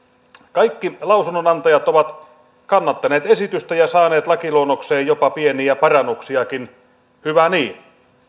kaikki lausunnonantajat ovat kannattaneet esitystä ja saaneet lakiluonnokseen jopa pieniä parannuksia hyvä niin